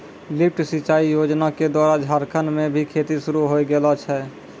lift सिंचाई योजना क द्वारा झारखंड म भी खेती शुरू होय गेलो छै